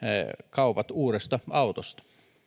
kaupat uudesta autosta